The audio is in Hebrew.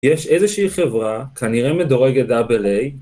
יש איזושהי חברה, כנראה מדורגת AA